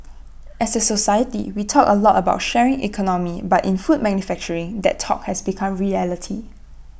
as A society we talk A lot about sharing economy but in food manufacturing that talk has become reality